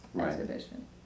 exhibition